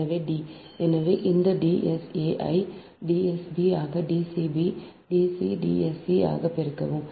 எனவே D எனவே இந்த D s a யை D s b ஆக D c d s c ஆக பெருக்கவும்